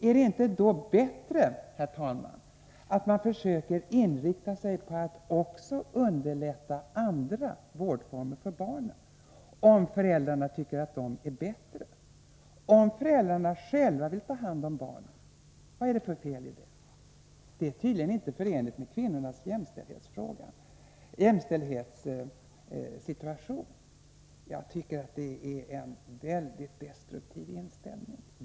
Är det då inte bättre, herr talman, att man försöker inrikta sig på att också underlätta andra vårdformer för barnen, om föräldrarna tycker att dessa är bättre? Om föräldrarna själva vill ta hand om barnen, vad är det för fel i det? Det är tydligen inte förenligt med kvinnornas jämställdhetssträvanden. Jag tycker att detta är en mycket destruktiv inställning.